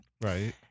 Right